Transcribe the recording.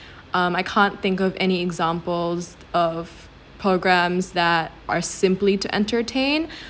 um I can't think of any examples of programs that are simply to entertain